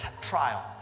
trial